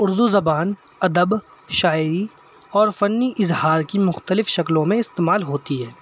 اردو زبان ادب شاعری اور فنی اظہار کی مختلف شکلوں میں استعمال ہوتی ہے